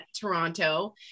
Toronto